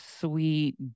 sweet